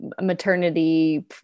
maternity